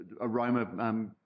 aroma